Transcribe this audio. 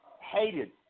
hated